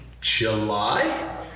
July